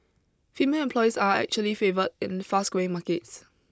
female employees are actually favoured in fast growing markets